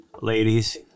Ladies